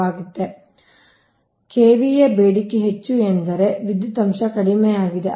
ಅಥವಾ KVA ಬೇಡಿಕೆ ಹೆಚ್ಚು ಎಂದರೆ ವಿದ್ಯುತ್ ಅಂಶ ಕಡಿಮೆಯಾಗಿದೆ